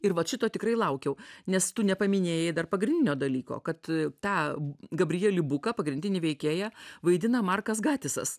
ir vat šito tikrai laukiau nes tu nepaminėjai dar pagrindinio dalyko kad tą gabrielių buką pagrindinį veikėją vaidina markas gatisas